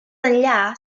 enllà